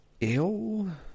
ill